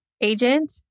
agent